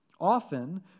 Often